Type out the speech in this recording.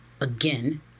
again